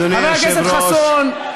אדוני היושב-ראש, חבר הכנסת חסון,